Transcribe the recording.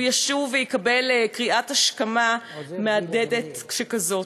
הוא ישוב ויקבל קריאת השכמה מהדהדת שכזאת,